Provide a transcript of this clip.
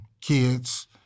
kids